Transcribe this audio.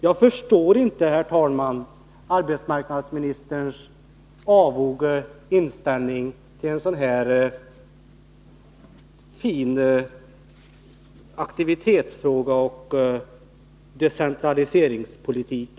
Jag förstår inte, herr talman, arbetsmarknadsministerns avoga inställning till en sådan här fin aktivitet och decentraliseringspolitik.